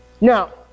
Now